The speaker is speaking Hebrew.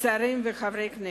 שרים וחברי הכנסת,